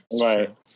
Right